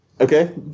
Okay